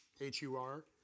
H-U-R